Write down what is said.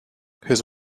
his